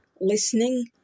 listening